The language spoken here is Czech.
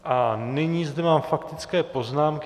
A nyní zde mám faktické poznámky.